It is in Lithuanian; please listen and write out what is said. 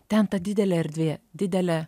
ten ta didelė erdvė didelė